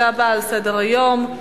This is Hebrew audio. כנסת, לא היו מתנגדים ולא היו נמנעים.